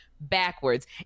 backwards